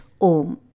OM